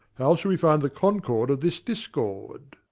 how shall we find the concord of this discord?